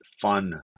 fun